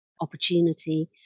opportunity